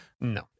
No